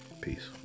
Peace